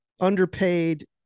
underpaid